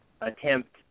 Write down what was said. attempt